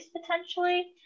potentially